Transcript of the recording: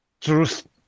truth